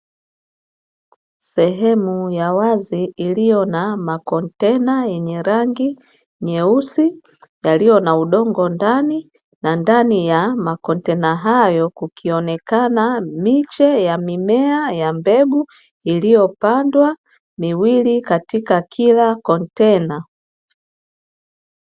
Sehemu ya wazi iliyo na makontena yenye rangi nyeusi, yaliyo na udongo ndani, na ndani ya makontena hayo kukionekana miche ya mimea ya mbegu iliyopandwa miwili katika kila kontena.